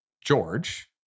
George